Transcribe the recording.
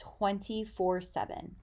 24-7